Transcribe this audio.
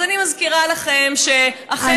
אז אני מזכירה לכם שאחינו החרדים,